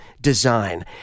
design